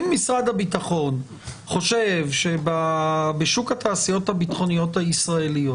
אם משרד הביטחון חושב שבשוק התעשיות הביטחוניות הישראליות